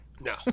No